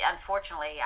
Unfortunately